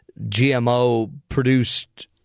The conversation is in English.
GMO-produced